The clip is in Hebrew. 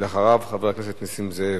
ואחריו, חבר הכנסת נסים זאב.